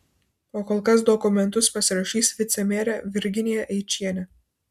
o kol kas dokumentus pasirašys vicemerė virginija eičienė